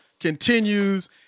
continues